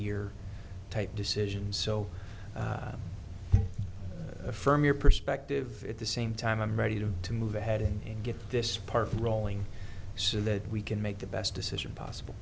year type decisions so affirm your perspective at the same time i'm ready to to move ahead and get this part rolling so that we can make the best decision possible